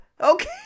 Okay